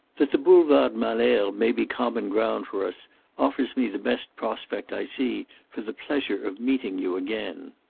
that the boulevard malesherbes may be common ground for us offers me the best prospect i see for the pleasure of meeting you again.